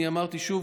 אמרתי שוב,